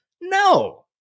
No